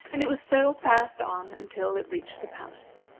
and it was so passed on until it reached the palace.